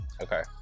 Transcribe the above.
Okay